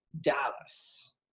dallas